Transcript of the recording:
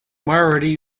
marathi